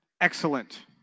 Excellent